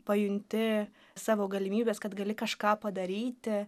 pajunti savo galimybes kad gali kažką padaryti